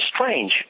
strange